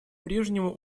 прежнему